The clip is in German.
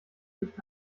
nicht